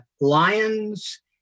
lions